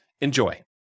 Enjoy